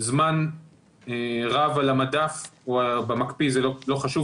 זמן רב על המדף או במקפיא זה לא חשוב